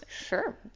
Sure